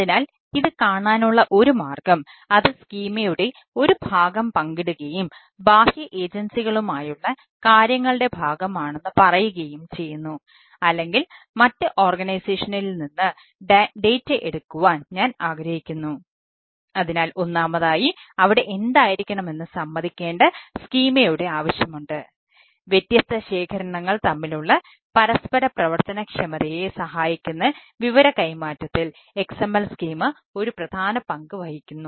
അതിനാൽ ഇത് കാണാനുള്ള ഒരു മാർഗ്ഗം അത് സ്കീമയുടെ ഒരു പ്രധാന പങ്ക് വഹിക്കുന്നു